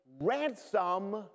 ransom